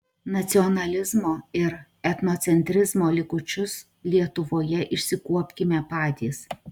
nacionalizmo ir etnocentrizmo likučius lietuvoje išsikuopkime patys